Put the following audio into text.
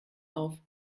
auf